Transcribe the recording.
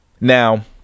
Now